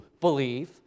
believe